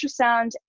ultrasound